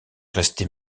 restait